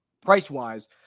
price-wise